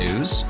News